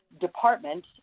department